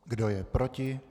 Kdo je proti?